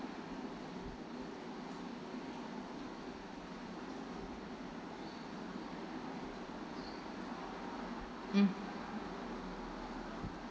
mm